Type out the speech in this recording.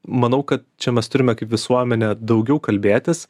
manau kad čia mes turime kaip visuomenė daugiau kalbėtis